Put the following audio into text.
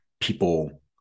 people